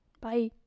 Bye